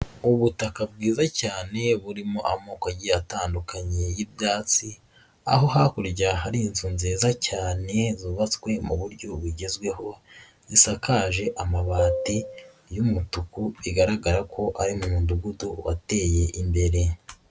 Ubutaka bwiza cyane burimo amoko agiye atandukanye y'ibyatsi, aho hakurya hari inzu nziza cyane zubatswe mu buryo bugezweho, zisakaje amabati y'umutuku bigaragara ko ari mu mudugudu wateye imbere.